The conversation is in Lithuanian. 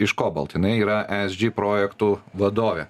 iš cobalt jinai yra esg projektų vadovė